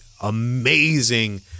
amazing